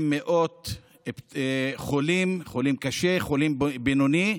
עם מאות חולים, חולים קשה, חולים בינוני,